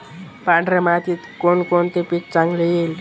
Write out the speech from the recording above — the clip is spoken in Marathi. पांढऱ्या मातीत कोणकोणते पीक चांगले येईल?